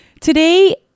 Today